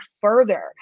further